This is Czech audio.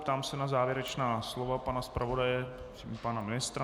Ptám se na závěrečná slova pana zpravodaje i pana ministra.